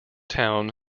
town